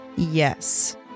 Yes